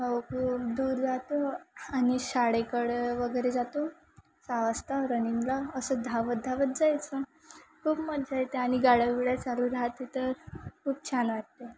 दूर जातो आणि शाळेकडे वगैरे जातो सहा वाजता रनिंगला असं धावत धावत जायचं खूप मजा येते आणि गाड्या वड्या चालू राहते तर खूप छान वाटते